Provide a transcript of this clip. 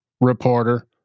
reporter